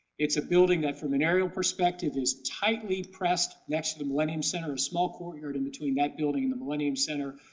it's a building that from an aerial perspective is tightly pressed next to the millennium centre of small courtyard and between that building and the millennium center,